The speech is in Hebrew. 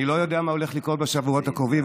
אני לא יודע מה הולך לקרות בשבועות הקרובים,